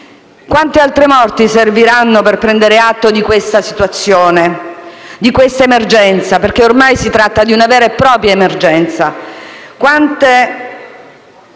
Quante altre morti serviranno per prendere atto di questa situazione e di questa emergenza, perché ormai si tratta di una vera e propria emergenza?